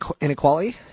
inequality